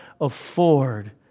afford